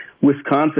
Wisconsin